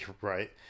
Right